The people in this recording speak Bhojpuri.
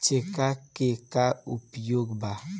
चोंगा के का उपयोग बा?